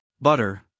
butter